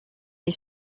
est